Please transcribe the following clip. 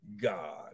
God